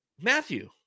Matthew